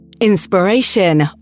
inspiration